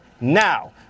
now